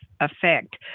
effect